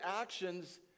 actions